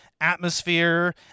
atmosphere